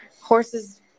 horses